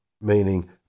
Meaning